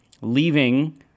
leaving